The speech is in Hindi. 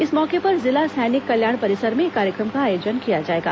इस मौके पर जिला सैनिक कल्याण परिसर में एक कार्यक्रम का आयोजन किया जाएगा